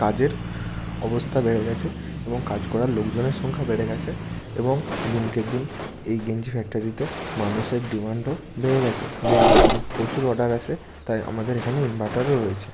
কাজের অবস্থা বেড়ে গেছে এবং কাজ করার লোকজনের সংখ্যা বেড়ে গেছে এবং দিন কে দিন এই গেঞ্জি ফ্যাক্টরিতে মানুষের ডিমান্ডও বেড়ে গেছে গেঞ্জির প্রচুর অর্ডার আসে তাই আমাদের এখানে ইনভারটারও রয়েছে